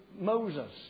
Moses